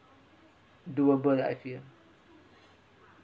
doable ah I feel